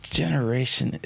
generation